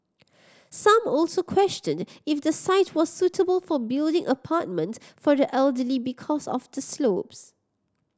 some also questioned if the site was suitable for building apartments for the elderly because of the slopes